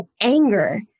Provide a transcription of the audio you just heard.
anger